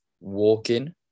walking